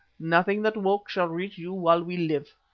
nothing that walks shall reach you while we live.